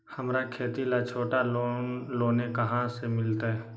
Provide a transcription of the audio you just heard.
हमरा खेती ला छोटा लोने कहाँ से मिलतै?